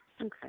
Okay